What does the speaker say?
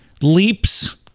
leaps